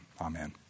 Amen